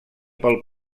pel